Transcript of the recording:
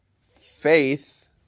faith